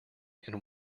and